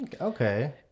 Okay